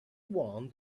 won